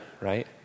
right